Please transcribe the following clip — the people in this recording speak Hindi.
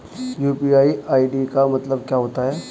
यू.पी.आई आई.डी का मतलब क्या होता है?